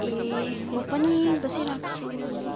ए म पनि बसिरहेको छु